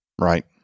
Right